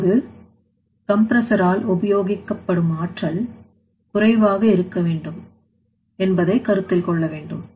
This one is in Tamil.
இப்போது கம்ப்ரஸர் ஆல் உபயோகிக்கப்படும் ஆற்றல் குறைவாக இருக்க வேண்டும் என்பதை கருத்தில் கொள்ள வேண்டும்